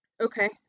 Okay